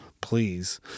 please